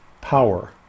power